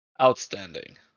Outstanding